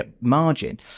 margin